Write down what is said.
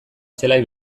zelai